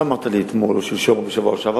ואמרת לי אתמול או שלשום או בשבוע שעבר,